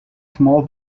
small